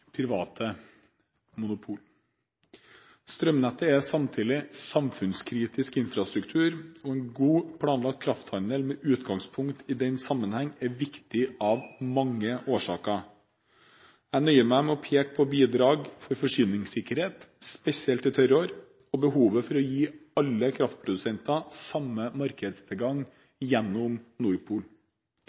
samfunnskritisk infrastruktur, og en godt planlagt krafthandel med utlandet i den sammenheng er viktig av mange årsaker. Jeg nøyer meg med å peke på bidraget for forsyningssikkerheten, spesielt i tørrår, og behovet for å gi alle kraftprodusenter samme markedstilgang gjennom